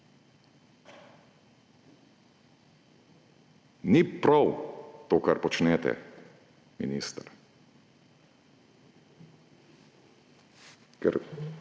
Ni prav to, kar počnete, minister. V